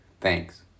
Thanks